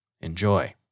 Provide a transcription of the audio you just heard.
Enjoy